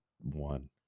one